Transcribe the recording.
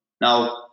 Now